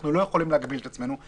אנחנו לא יכולים להגביל את עצמנו,